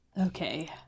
Okay